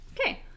okay